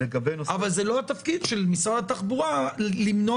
אבל זה לא התפקיד של משרד התחבורה למנוע